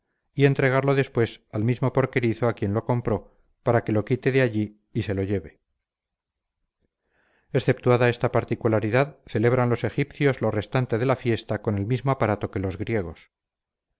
y entregarlo después al mismo porquerizo a quien lo compró para que lo quite de allí y se lo lleve exceptuada esta particularidad celebran los egipcios lo restante de la fiesta con el mismo aparato que los griegos